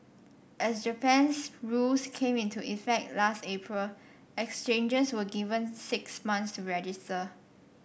as Japan's rules came into effect last April exchanges were given six months to register